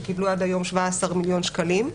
שקיבלו עד היום 17 מיליון שקלים.